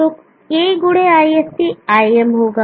तो K गुड़े ISC Im होगा